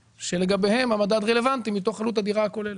שלגביהם המדד רלוונטי מתוך עלות הדירה הכוללת.